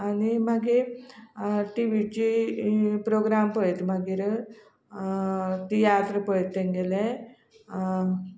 आनी मागीर टिवीची प्रोग्राम पळयत मागीर तियात्र पळयत तेंगेले